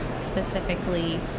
Specifically